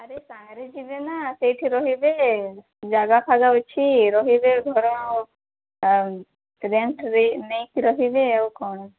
ଆରେ ବାହାରେ ଜିବେନା ସେଇଠି ରହିବେ ଜାଗା ଫାଗା ଅଛି ରହିବେ ଘର ରେଣ୍ଟ୍ ନେଇକି ରହିବେ ଆଉ କ'ଣ